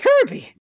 Kirby